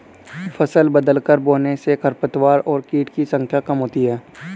फसल बदलकर बोने से खरपतवार और कीट की संख्या कम होती है